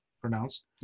pronounced